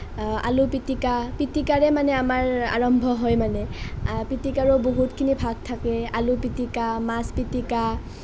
আলু পিটিকা পিটিকাৰে মানে আমাৰ আৰম্ভ হয় মানে পিটিকাৰো বহুতখিনি ভাগ থাকে আলু পিটিকা মাছ পিটিকা